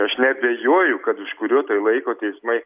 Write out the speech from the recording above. aš neabejoju kad už kurio tai laiko teismai